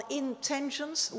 intentions